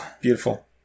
beautiful